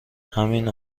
ریهمین